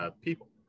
people